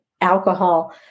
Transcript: alcohol